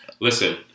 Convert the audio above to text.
Listen